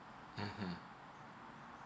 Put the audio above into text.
mmhmm